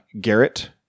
Garrett